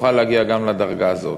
נוכל להגיע גם לדרגה הזאת.